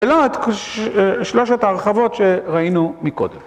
אלא את שלושת ההרחבות שראינו מקודם.